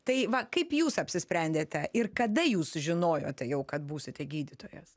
tai va kaip jūs apsisprendėte ir kada jūs sužinojote jau kad būsite gydytojas